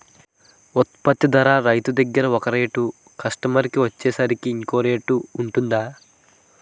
ఉత్పత్తి ధర రైతు దగ్గర ఒక రేట్ కస్టమర్ కి వచ్చేసరికి ఇంకో రేట్ వుంటుందా?